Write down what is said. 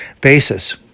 basis